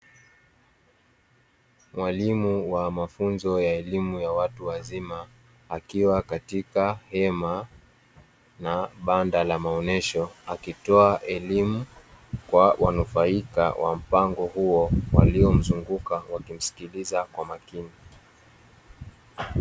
Mwalimu wa mafunzo ya elimu ya watu wazima akiwa katika hema au banda la maonyesho akitoa elimu kwa wanufaika wa mpango huo waliomzunguka wanamsikiliza kwa makini.